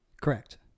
Correct